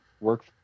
work